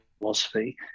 philosophy